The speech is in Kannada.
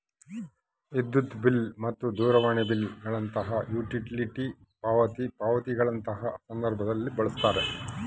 ವಿದ್ಯುತ್ ಬಿಲ್ ಮತ್ತು ದೂರವಾಣಿ ಬಿಲ್ ಗಳಂತಹ ಯುಟಿಲಿಟಿ ಪಾವತಿ ಪಾವತಿಗಳಂತಹ ಸಂದರ್ಭದಲ್ಲಿ ಬಳಸ್ತಾರ